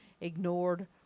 ignored